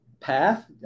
path